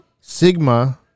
Sigma